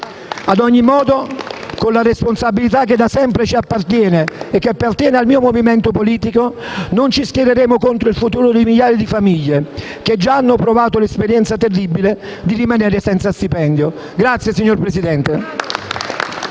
Ad ogni modo, con la responsabilità che da sempre appartiene al mio movimento politico, non ci schiereremo contro il futuro di migliaia di famiglie che già hanno provato l'esperienza terribile di rimanere senza stipendio. *(Applausi dal